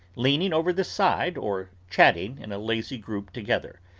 leaning over the side, or chatting in a lazy group together.